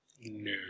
No